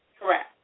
Correct